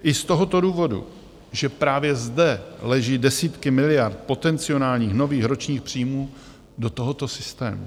I z tohoto důvodu, že právě zde leží desítky miliard potencionálních nových ročních příjmů do tohoto systému.